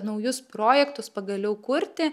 naujus projektus pagaliau kurti